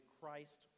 Christ